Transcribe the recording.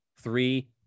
Three